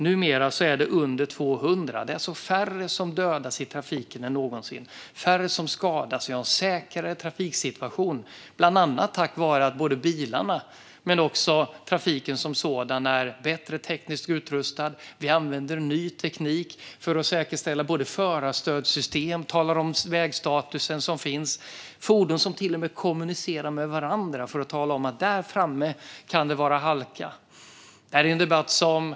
Numera är det under 200. Det är alltså färre än någonsin som dödas eller skadas i trafiken. Vi har en säkrare trafiksituation, bland annat tack vare att bilarna men också trafiken som sådan är bättre tekniskt utrustade. Vi använder ny teknik för att säkerställa både förarstödssystem och teknik som talar om hurdan vägstatusen är. Det finns fordon som till och med kommunicerar med varandra för att tala om att det längre fram kan vara halka. Herr ålderspresident!